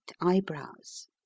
eyebrows